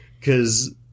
Cause